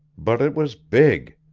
but it was big.